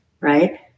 right